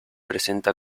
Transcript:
presenta